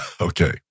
Okay